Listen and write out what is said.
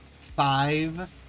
five